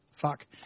Fuck